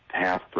half